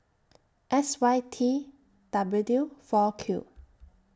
S Y T W four Q